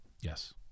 Yes